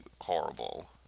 horrible